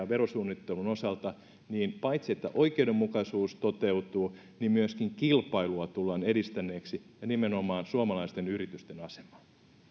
verosuunnittelun osalta paitsi että oikeudenmukaisuus toteutuu myöskin kilpailua tullaan edistäneeksi ja nimenomaan suomalaisten yritysten asemaa